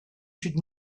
should